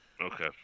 Okay